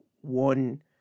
one